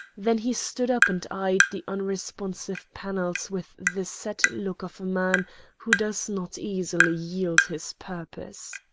then he stood up and eyed the unresponsive panels with the set look of a man who does not easily yield his purpose.